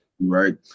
right